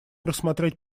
рассмотреть